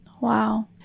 Wow